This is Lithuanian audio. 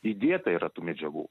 įdėta yra tų medžiagų